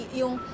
yung